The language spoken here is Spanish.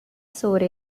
sobre